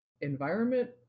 environment